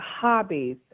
hobbies